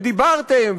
ודיברתם,